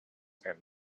and